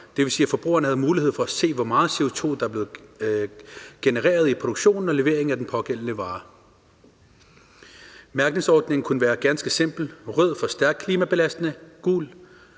dvs. at forbrugerne havde mulighed for at se, hvor meget CO2 der blev genereret i produktionen og leveringen af den pågældende vare. Mærkningsordningen kunne være ganske simpel: rød for stærkt klimabelastende, gul